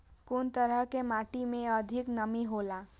कुन तरह के माटी में अधिक नमी हौला?